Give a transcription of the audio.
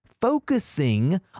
focusing